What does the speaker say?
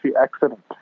accident